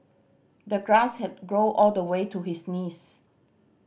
the grass had grown all the way to his knees